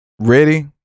Ready